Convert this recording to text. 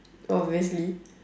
obviously